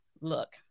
look